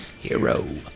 Hero